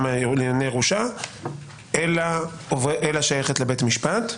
לענייני ירושה אלא שייכת לבית המשפט.